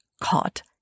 caught